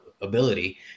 ability